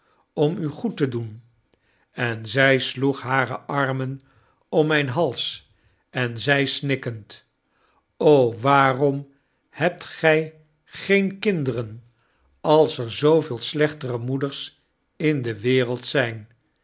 om u goed te doen en zij sloeg hare armen om mijn hals en zei snikkend o waaromhebt gij geen kinderen als er zooveel slechte moeders in de wereld zijn